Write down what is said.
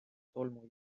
tolmu